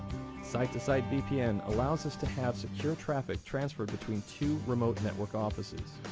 site to site vpn allows us to have secure traffic transferred between two remote network offices.